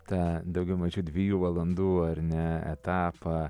ta daugiau mažiau dviejų valandų ar ne etapą